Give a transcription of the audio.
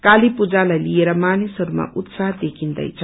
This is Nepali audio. काली पूजालाई लिएर मानिसहरूमा उत्साह देखिदैछ